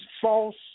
false